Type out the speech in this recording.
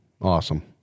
awesome